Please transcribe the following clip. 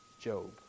Job